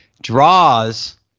draws